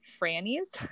Franny's